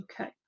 Okay